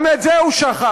גם את זה הוא שכח.